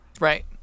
Right